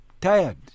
tired